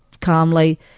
calmly